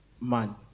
man